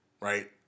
right